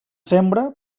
sembra